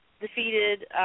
defeated